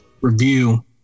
review